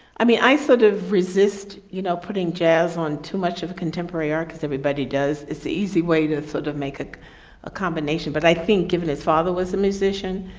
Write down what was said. i mean, i sort of resist, you know, putting jazz on too much of contemporary art, because everybody does. it is the easy way to sort of make ah a combination. but i think, given his father was a musician,